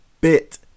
bit